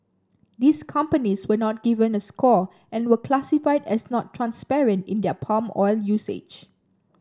these companies were not given a score and were classified as not transparent in their palm oil usage